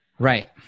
Right